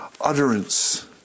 utterance